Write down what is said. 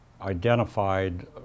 identified